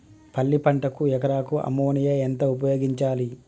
పల్లి పంటకు ఎకరాకు అమోనియా ఎంత ఉపయోగించాలి?